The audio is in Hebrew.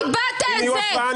אם יהיו הפרעות,